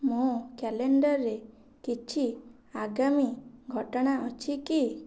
ମୋ କ୍ୟାଲେଣ୍ଡର୍ରେ କିଛି ଆଗାମୀ ଘଟଣା ଅଛି କି